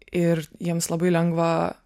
ir jiems labai lengva